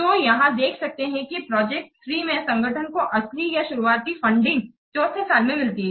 तो यहां देख सकते हैं कि प्रोजेक्ट 3 में संगठन को असली या शुरुआती फंडिंग चौथे साल में मिलती है